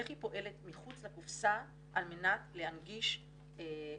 איך היא פועלת מחוץ לקופסה על מנת להנגיש לציבור